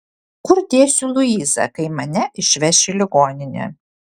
kur dėsiu luizą kai mane išveš į ligoninę